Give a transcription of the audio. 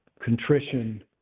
contrition